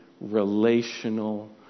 relational